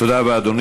תודה רבה.